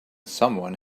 someone